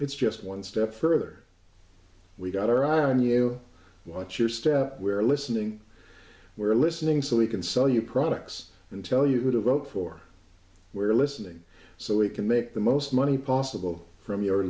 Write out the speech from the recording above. it's just one step further we got our eye on you watch your step we're listening we're listening so we can sell you products and tell you who to vote for where listening so we can make the most money possible from your